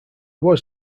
was